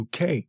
UK